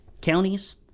counties